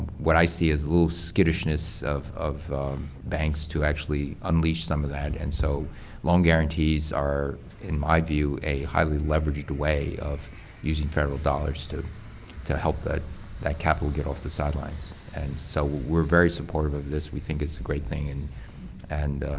what i see as a little skittishness of of banks to actually unleash some of that. and so loan guarantees are, in my view, a highly leveraged way of using federal dollars to to help that that capital get off the sidelines. and so we're very supportive of this. we think it's a great thing. and and